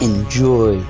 Enjoy